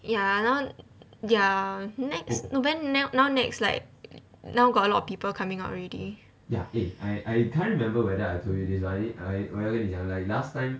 ya now their nex no then now nex like now got a lot of people coming out already